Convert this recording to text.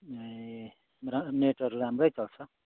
ए रा नेटहरू राम्रै चल्छ